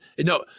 no